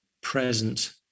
present